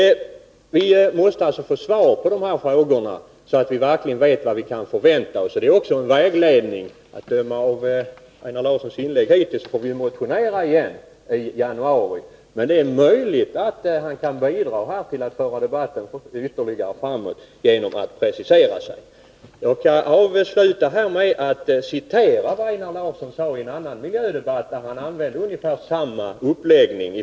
Vi måste få svar på de här frågorna, så att vi verkligen vet vad vi kan förvänta oss. Det blir också en vägledning. Att döma av Einar Larssons inlägg hittills får vi motionera igen i januari. Men det är möjligt att han kan bidra till att föra debatten ytterligare framåt genom att precisera sig. Jag vill sluta med att citera vad Einar Larsson sade i en miljödebatt i förra veckan, där han använde sig av ungefär samma uppläggning.